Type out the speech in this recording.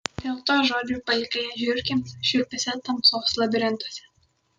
dėl to žodžio palikai ją žiurkėms šiurpiuose tamsos labirintuose